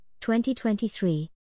2023